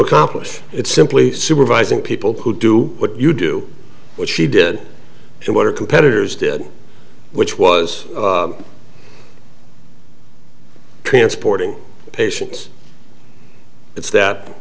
accomplish it simply supervising people who do what you do which she did and what her competitors did which was transporting patients it's that